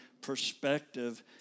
perspective